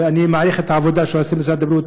ואני מעריך את העבודה שעושה משרד הבריאות.